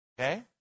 Okay